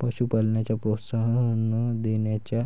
पशुपालनाला प्रोत्साहन देण्याच्या